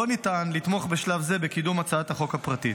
לא ניתן לתמוך בשלב זה בקידום הצעת החוק הפרטית.